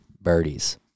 Birdies